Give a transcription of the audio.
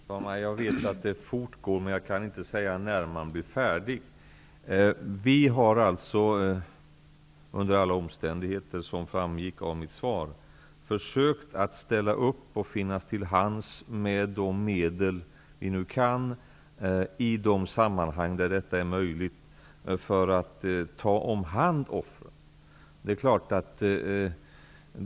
Herr talman! Jag vet att arbetet fortgår, men jag kan inte säga när det skall bli färdigt. Vi i regeringen har under alla omständigheter, som framgick av mitt svar, försökt att ställa upp och finnas till hands med medel i de sammanhang där det är möjligt för att ta hand om offren.